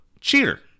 cheater